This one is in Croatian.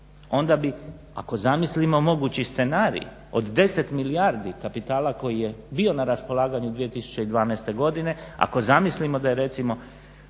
Onda bi ako zamislimo mogući scenarij od 10 milijardi kapitala koji je bio na raspolaganju 2012.godine, ako zamislimo recimo